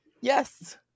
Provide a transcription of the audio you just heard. Yes